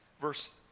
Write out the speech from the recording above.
verse